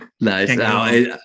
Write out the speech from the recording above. Nice